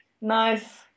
nice